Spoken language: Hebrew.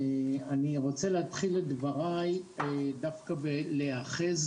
אני רוצה להתחיל את דבריי דווקא בלהיאחז